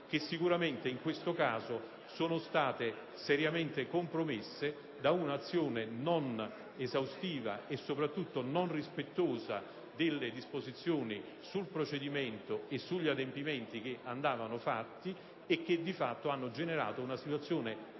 loro difesa, che in questo caso sono state seriamente compromesse da un'azione non esaustiva e soprattutto non rispettosa delle disposizioni sul procedimento e sugli adempimenti che andavano fatti e che hanno generato una situazione complessa,